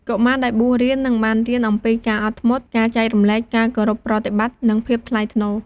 កុមារ ដែលបួសរៀននឹងបានរៀនអំពីការអត់ធ្មត់ ការចែករំលែក ការគោរពប្រតិបត្តិ និងភាពថ្លៃថ្នូរ។